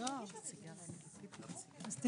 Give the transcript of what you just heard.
הישיבה ננעלה בשעה 14:51.